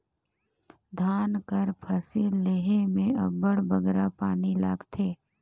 धान कर फसिल लेहे में अब्बड़ बगरा पानी लागथे